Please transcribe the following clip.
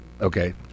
okay